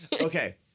Okay